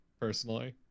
personally